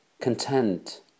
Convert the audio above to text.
content